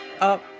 up